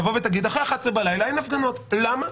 תגיד שאחרי 23:00 בלילה אין הפגנות, למה?